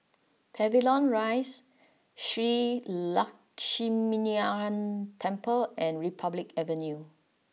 Pavilion Rise Shree Lakshminarayanan Temple and Republic Avenue